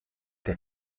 der